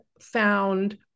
found